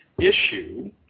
issue